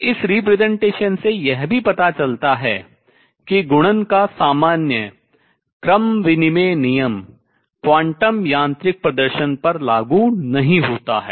तो इस representation से यह भी पता चलता है कि गुणन का सामान्य क्रमविनिमेय नियम क्वांटम यांत्रिक प्रदर्शन पर लागू नहीं होता है